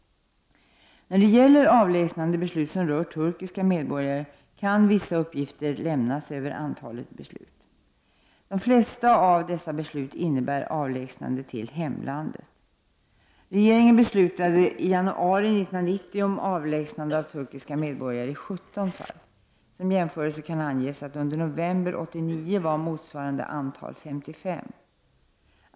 När det gäller avlägsnandebeslut som rör turkiska medborgare kan vissa uppgifter lämnas över antalet beslut. De flesta av dessa beslut innebär avlägsnande till hemlandet. Regeringen beslutade under januari 1990 om avlägsnande av turkiska medborgare i 17 fall. Som jämförelse kan anges att under november 1989 var motsvarande antal 55.